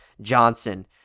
Johnson